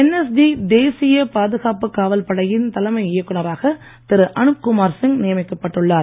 NSG தேசிய பாதுகாப்புக் காவல் படையின் தலைமை இயக்குநராக திரு அனுப் குமார் சிங் நியமிக்கப் பட்டுள்ளார்